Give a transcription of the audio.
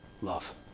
love